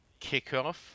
kickoff